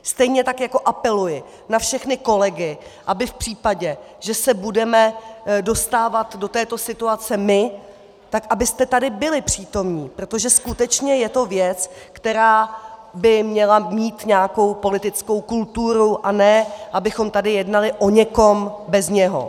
Stejně tak jako apeluji na všechny kolegy, aby v případě, že se budeme dostávat do této situace my, tak abyste tady byli přítomni, protože skutečně je to věc, která by měla mít nějakou politickou kulturu, a ne abychom tady jednali o někom bez něho!